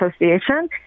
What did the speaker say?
association